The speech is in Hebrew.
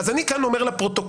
אז אני כאן אומר לפרוטוקול,